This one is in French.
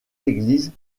églises